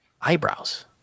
eyebrows